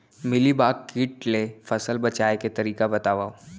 Mealybug किट ले फसल बचाए के तरीका बतावव?